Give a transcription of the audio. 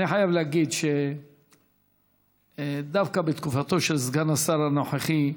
אני חייב להגיד שדווקא בתקופתו של סגן השר הנוכחי,